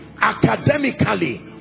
academically